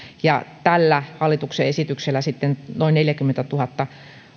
ja tällä hallituksen esityksellä sitten noin neljäkymmentätuhatta